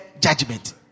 judgment